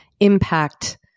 impact